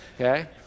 okay